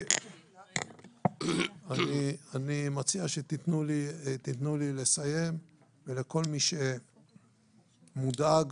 אני מציע שתיתנו לי לסיים, ולכל מי שמודאג